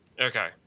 Okay